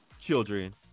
children